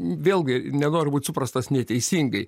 vėlgi nenoriu būt suprastas neteisingai